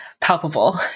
palpable